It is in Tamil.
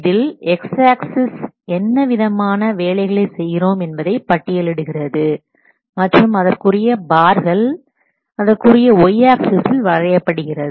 இதில் x ஆக்சிஸ் என்ன விதமான வேலைகளை செய்கிறோம் என்பதை பட்டியலிடுகிறது மற்றும் அதற்குரிய பார்கள் அதற்குரிய y ஆக்சிஸில் வரையப்படுகிறது